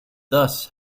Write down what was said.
thus